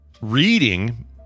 reading